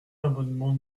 l’amendement